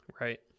Right